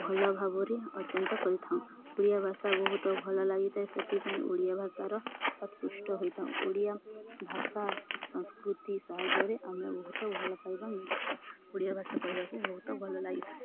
ଭଲ ଭାବରେ ପର୍ଯ୍ୟନ୍ତ କରିଥାଉଁ ଓଡ଼ିଆ ଭାଷା ବହୁତ ଭଲ ଲାଗିଥାଏ ସେଥିପାଇଁ ଓଡ଼ିଆ ଭାଷାର ଆତ୍କୃଷ୍ଟ ହୋଇଥାଉ ଓଡ଼ିଆ ଭାଷା ସଂସ୍କୃତି ସାହାଯ୍ୟରେ ଆମେ ବହୁତ ଭଲ ପାଇବା ମିଳିିଥାଏ ଓଡ଼ିଆ ଭାଷା କହିବାକୁ ବହୁତ ଭଲ ଲାଗିଥାଏ